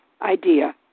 idea